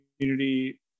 community